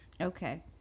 Okay